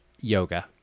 Yoga